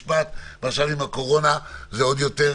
בזמן הקורונה זה עוד יותר